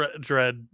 dread